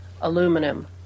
aluminum